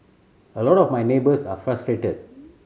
a lot of my neighbours are frustrated